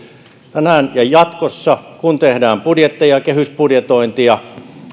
ja jatkossa kun tehdään budjetteja kehysbudjetointia